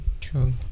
True